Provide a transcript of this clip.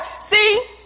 see